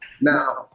Now